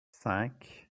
cinq